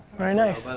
very nice.